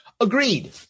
Agreed